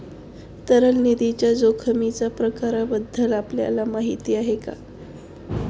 तरल निधीच्या जोखमीच्या प्रकारांबद्दल आपल्याला माहिती आहे का?